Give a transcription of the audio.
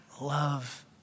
love